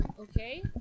okay